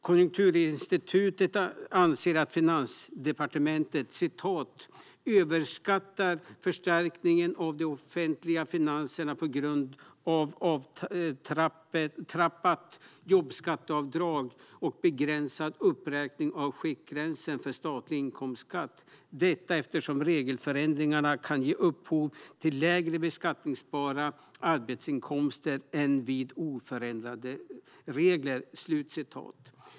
Konjunkturinstitutet anser att Finansdepartementet "överskattar förstärkningen av de offentliga finanserna på grund av avtrappat jobbskatteavdrag och begränsad uppräkning av skiktgränsen för statlig inkomstskatt. Detta eftersom regelförändringarna kan ge upphov till lägre beskattningsbara arbetsinkomster än vid oförändrade regler."